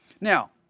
Now